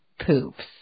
poops